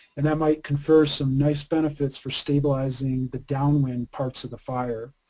and that might confer some nice benefits for stabilizing the downwind parts of the fire.